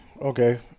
Okay